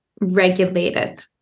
regulated